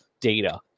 data